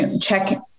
check